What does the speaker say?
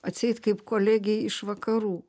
atseit kaip kolegei iš vakarų